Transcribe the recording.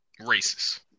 racist